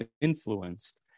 influenced